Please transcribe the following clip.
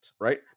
right